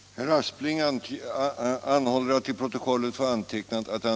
Allmänpolitisk debatt Allmänpolitisk debatt